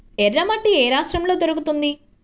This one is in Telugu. ఎర్రమట్టి ఏ రాష్ట్రంలో దొరుకుతుంది?